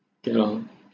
okay lor